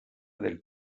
del